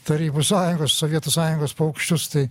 tarybų sąjungos sovietų sąjungos paukščius tai